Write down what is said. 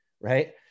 right